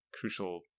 crucial